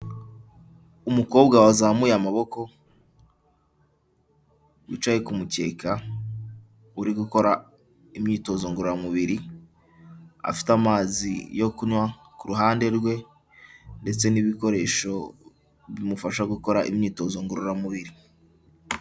Umukobwa wazamuye amaboko wicaye ku mukeka uri gukora imyitozo ngororamubiri, afite amazi yo kunywa ku ruhande rwe ndetse n'ibikoresho bimufasha gukora imyitozo ngororamubiri.